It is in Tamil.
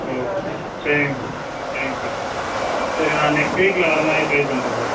ஓ சரிங்க சார் சரிங்க சார் சரி நான் நெக்ஸ்ட் வீக்கில் வர்ற மாதிரி ட்ரை பண்ணுறேன் சார்